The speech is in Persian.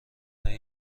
برای